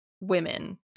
women